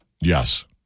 Yes